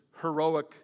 heroic